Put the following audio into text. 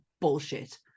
bullshit